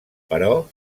però